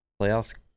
playoffs